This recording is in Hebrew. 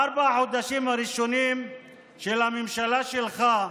בארבעת החודשים הראשונים של הממשלה שלך,